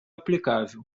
aplicável